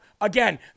Again